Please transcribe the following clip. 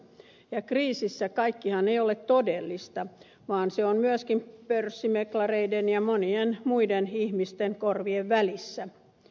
ja kriisissä kaikkihan ei ole todellista vaan se on myöskin pörssimeklareiden ja monien muiden ihmisten korvien välissä